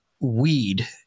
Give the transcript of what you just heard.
weed